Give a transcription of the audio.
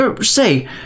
say